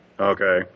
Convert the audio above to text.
okay